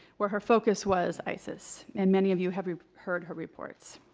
where her focus was isis. and many of you have heard her reports.